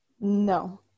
no